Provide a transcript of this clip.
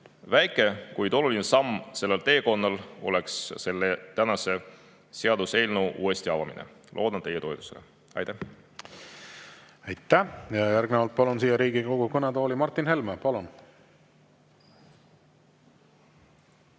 Väike, kuid oluline samm sellel teekonnal oleks selle tänase seaduseelnõu uuesti avamine. Loodan teie toetusele. Aitäh! Aitäh! Järgnevalt palun siia Riigikogu kõnetooli Martin Helme. Palun!